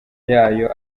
yayo